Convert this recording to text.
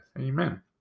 Amen